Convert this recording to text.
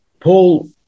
Paul